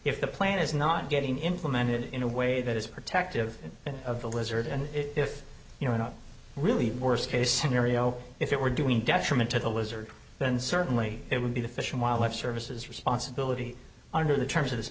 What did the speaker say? if the plan is not getting implemented in a way that is protective of the lizard and if you're not really worst case scenario if it were doing detriment to the lizard then certainly it would be the fish and wildlife services responsibility under the terms of